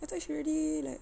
I thought she already like